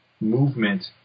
movement